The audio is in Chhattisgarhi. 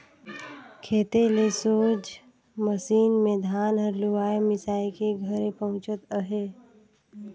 खेते ले सोझ मसीन मे धान हर लुवाए मिसाए के घरे पहुचत अहे